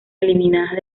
eliminadas